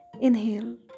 inhale